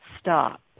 Stop